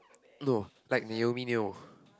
no like Naomi-Neo